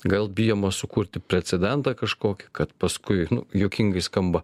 gal bijoma sukurti precedentą kažkokį kad paskui juokingai skamba